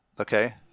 Okay